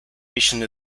mission